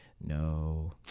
no